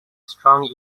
strong